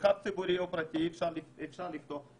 במרחב ציבורי או פרטי אפשר לפתוח,